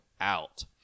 out